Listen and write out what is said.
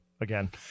Again